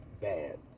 bad